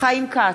חיים כץ,